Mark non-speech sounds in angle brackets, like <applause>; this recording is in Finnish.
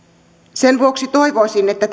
sen vuoksi toivoisin että <unintelligible>